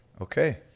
Okay